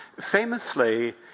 Famously